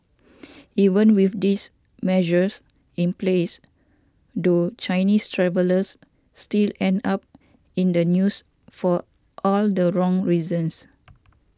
even with these measures in place though Chinese travellers still end up in the news for all the wrong reasons